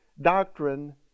doctrine